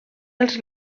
els